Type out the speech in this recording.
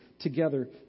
together